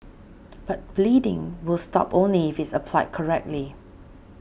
but bleeding will stop only if it is applied correctly